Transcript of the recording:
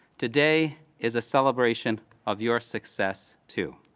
today is a celebration of your success, too!